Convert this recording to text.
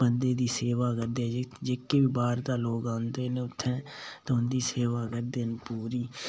बंदे दी सेवा करदे जेह्के बी बाह्र ते लोग औंदे न उत्थै उं'दी सेवा करदे न पूरी